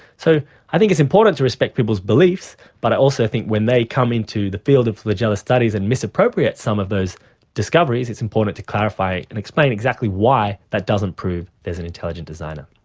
so i think it's important to respect people's beliefs but i also think when they come into the field of flagella studies and misappropriate some of those discoveries, it's important to clarify and explain exactly why that doesn't prove there's an intelligent designer.